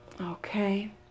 Okay